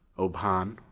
ob hahn,